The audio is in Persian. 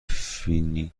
فینگلیش